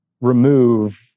remove